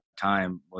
time